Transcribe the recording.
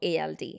ALD